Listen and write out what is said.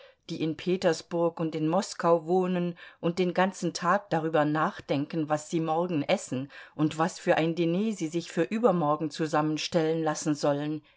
die in petersburg und in moskau wohnen und den ganzen tag darüber nachdenken was sie morgen essen und was für ein diner sie sich für übermorgen zusammenstellen lassen sollen